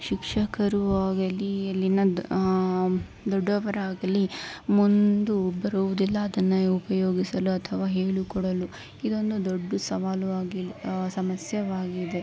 ಶಿಕ್ಷಕರು ಆಗಲಿ ಅಲ್ಲಿನ ದ್ ದೊಡ್ಡವರಾಗಲಿ ಮುಂದೆ ಬರುವುದಿಲ್ಲ ಅದನ್ನು ಉಪಯೋಗಿಸಲು ಅಥವಾ ಹೇಳಿಕೊಡಲು ಇದೊಂದು ದೊಡ್ಡ ಸವಾಲು ಆಗಿಲ್ಲ ಸಮಸ್ಯೆಯಾಗಿದೆ